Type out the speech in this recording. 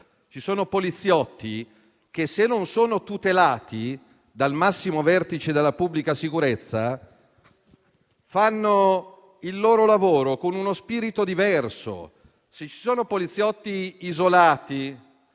ci sono poliziotti che, se non sono tutelati dal massimo vertice della pubblica sicurezza, fanno il loro lavoro con uno spirito diverso. Se ci sono poliziotti isolati,